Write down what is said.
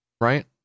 right